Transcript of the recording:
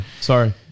Sorry